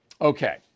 Okay